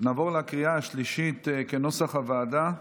נעבור לקריאה השלישית, כנוסח הוועדה,